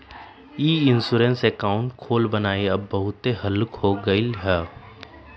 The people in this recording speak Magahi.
ई इंश्योरेंस अकाउंट खोलबनाइ अब बहुते हल्लुक हो गेलइ ह